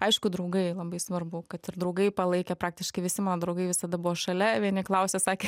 aišku draugai labai svarbu kad ir draugai palaikė praktiškai visi mano draugai visada buvo šalia vieni klausė sakė